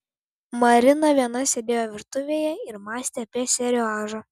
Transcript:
marina viena sėdėjo virtuvėje ir mąstė apie seriožą